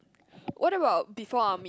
what about before army